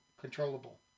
controllable